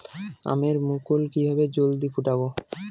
আমের মুকুল কিভাবে জলদি ফুটাব?